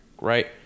right